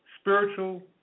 spiritual